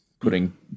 putting